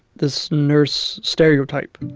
this nurse stereotype.